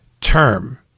term